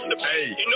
Hey